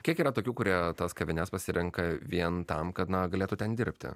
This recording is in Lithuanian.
kiek yra tokių kurie tas kavines pasirenka vien tam kad na galėtų ten dirbti